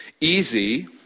easy